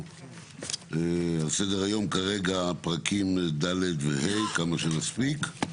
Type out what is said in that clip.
על סדר-היום כרגע פרקים ד' ו-ה', כמה שנספיק.